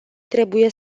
trebuie